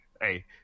Hey